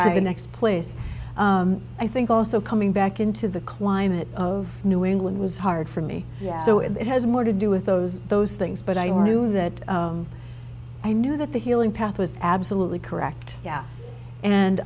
right next place i think also coming back into the climate of new england was hard for me yet so it has more to do with those those things but i want to do that i knew that the healing path was absolutely correct yeah and